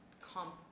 comp